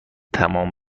تمام